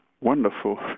wonderful